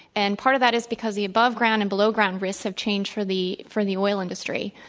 and part of that is because the above-ground and below-ground risks have changed for the for the oil industry.